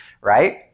right